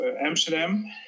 Amsterdam